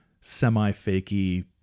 semi-fakey